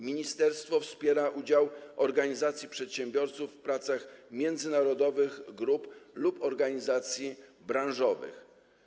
Ministerstwo wspiera udział organizacji przedsiębiorców w pracach międzynarodowych grup lub organizacji branżowych.